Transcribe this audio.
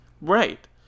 Right